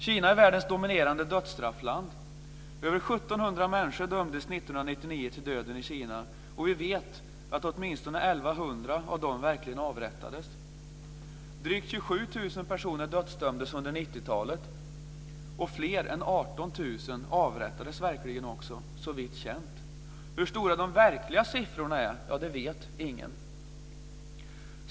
Kina är världens dominerande dödsstraffland. Över 1 700 människor dömdes år 1999 till döden i Kina. Vi vet att åtminstone 1 100 av dem verkligen avrättades. Drygt 27 000 personer dödsdömdes under 90-talet. Fler än 18 000 avrättades också såvitt känt. Hur stora de verkliga siffrorna är vet ingen.